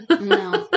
No